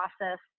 process